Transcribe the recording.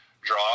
draw